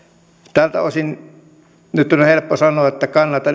tältä osin nyt on helppo sanoa että kannatan